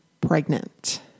pregnant